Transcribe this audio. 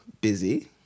busy